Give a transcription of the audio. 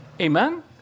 Amen